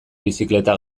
bizikleta